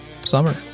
summer